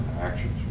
actions